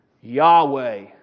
Yahweh